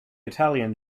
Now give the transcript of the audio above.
italian